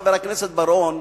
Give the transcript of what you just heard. חבר הכנסת בר-און,